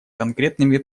конкретными